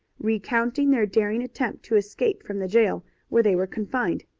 recounting their daring attempt to escape from the jail where they were confined.